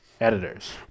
Editors